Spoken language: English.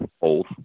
old